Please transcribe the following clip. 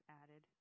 added